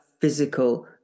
physical